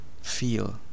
feel